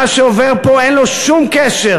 מה שעובר פה אין לו שום קשר,